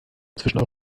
zwischen